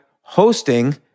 hosting